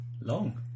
long